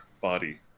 body